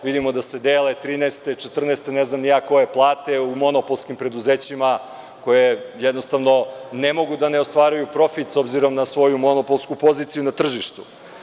Vidimo da se dele trinaeste, četrnaeste, ne znam ni ja koje plate u monopolskim preduzećima koje jednostavno ne mogu da ostvaruju profit, s obzirom na svoju monopolsku poziciju na tržištu.